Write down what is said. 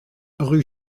rue